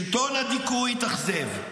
שלטון הדיכוי התאכזב,